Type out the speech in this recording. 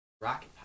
Rocket